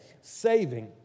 Saving